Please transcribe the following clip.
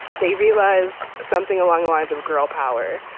they realize something along the lines of girl power.